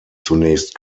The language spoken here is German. zunächst